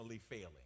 failing